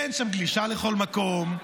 אין שם גלישה לכל מקום.